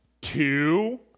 two